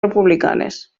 republicanes